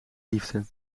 liefde